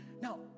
Now